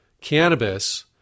cannabis